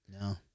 No